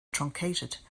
truncated